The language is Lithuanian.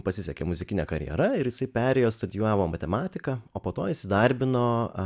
pasisekė muzikinė karjera ir jisai perėjo studijavo matematiką o po to įsidarbino